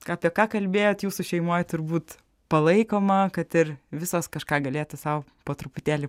ką apie ką kalbėjot jūsų šeimoj turbūt palaikoma kad ir visos kažką galėtų sau po truputėlį